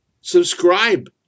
Subscribe